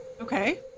Okay